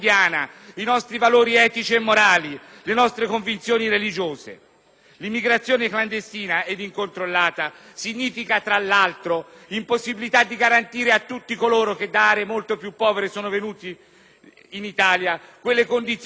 L'immigrazione clandestina ed incontrollata significa, tra l'altro, impossibilità di garantire a tutti coloro che sono venuti in Italia da aree molto più povere quelle condizioni di vita decorosa che se non sussistono fatalmente determinano